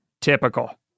Typical